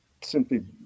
simply